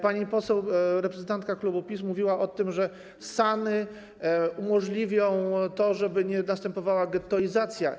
Pani poseł, reprezentantka klubu PiS, mówiła o tym, że SAN-y umożliwią to, żeby nie następowała gettoizacja.